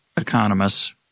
economists